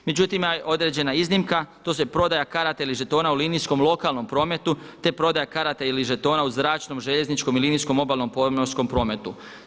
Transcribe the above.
Međutim ima određena iznimka, to su prodaja karata ili žetona u linijskom lokalnom prometu, te prodaja karata ili žetona u zračnom, željezničkom i linijskom obalnom pomorskom prometu.